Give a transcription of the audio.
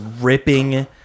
ripping